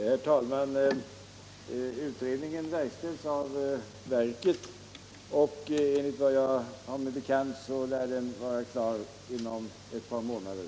Herr talman! Utredningen verkställs av sjöfartsverket. Enligt vad jag har mig bekant lär den vara klar inom ett par månader.